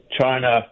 China